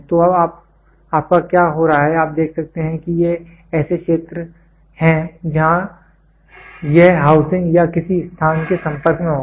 तो अब आपका क्या हो रहा है आप देख सकते हैं कि ये ऐसे क्षेत्र हैं जहाँ यह हाउसिंग या किसी स्थान के संपर्क में होगा